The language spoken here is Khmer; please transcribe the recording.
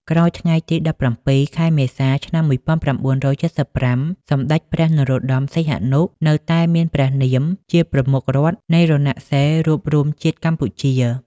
ក្រោយថ្ងៃទី១៧ ខែមេសា ឆ្នាំ១៩៧៥ សម្តេចព្រះ នរោត្តម សីហនុ នៅតែមានព្រះនាមជាប្រមុខរដ្ឋនៃរណសិរ្សរួបរួមជាតិកម្ពុជា។